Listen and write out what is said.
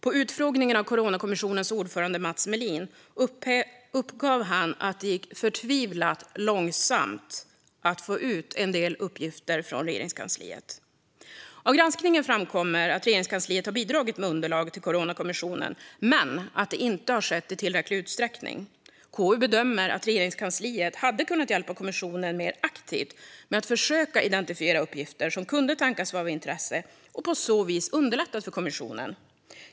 På utfrågningen av Coronakommissionens ordförande Mats Melin uppgav han att det gick förtvivlat långsamt att få ut en del uppgifter från Regeringskansliet. Av granskningen framkommer att Regeringskansliet har bidragit med underlag till Coronakommissionen men att det inte har skett i tillräcklig utsträckning. KU bedömer att Regeringskansliet hade kunnat hjälpa kommissionen mer aktivt med att försöka identifiera uppgifter som kunde tänkas vara av intresse och på så vis underlättat för kommissionen.